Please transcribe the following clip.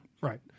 right